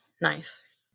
nice